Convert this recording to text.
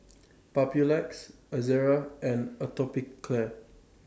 Papulex Ezerra and Atopiclair